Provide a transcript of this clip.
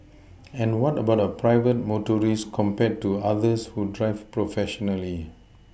and what about a private motorist compared to others who drive professionally